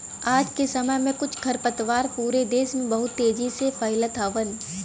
आज के समय में कुछ खरपतवार पूरा देस में बहुत तेजी से फइलत हउवन